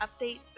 updates